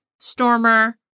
Stormer